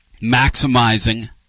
maximizing